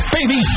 Baby